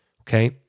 okay